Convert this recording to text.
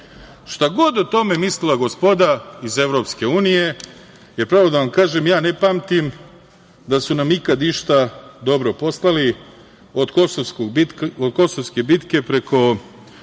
Šta god o tome mislila gospoda iz EU, jer, pravo da vam kažem, ne pamtim da su nam ikada išta dobro poslali, od Kosovske bitke, preko